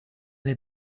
nei